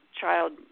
child